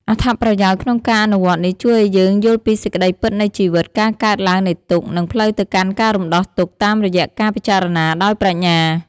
អត្ថប្រយោជន៍ ក្នុងការអនុវត្តន៍នេះជួយឲ្យយើងយល់ពីសេចក្តីពិតនៃជីវិត ការកើតឡើងនៃទុក្ខ និងផ្លូវទៅកាន់ការរំដោះទុក្ខ តាមរយៈការពិចារណាដោយប្រាជ្ញា។